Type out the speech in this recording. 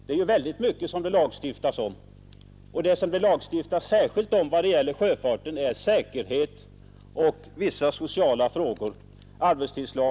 Det finns mycket som det lagstiftas om när det gäller sjöfart, särskilt säkerhet, sociala frågor och arbetstid.